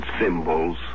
symbols